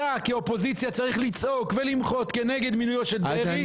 אתה כאופוזיציה צריך לצעוק ולמחות כנגד מינויו של דרעי,